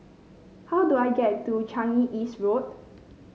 how do I get to Changi East Road